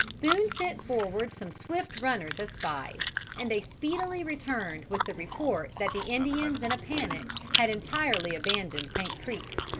boone sent forward some swift runners as spies, and they speedily returned with the report that the indians in a panic had entirely abandoned paint creek.